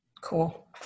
cool